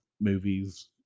movies